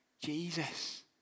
Jesus